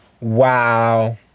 Wow